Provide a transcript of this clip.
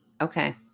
Okay